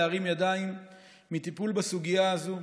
להרים ידיים מטיפול בסוגיה הזאת.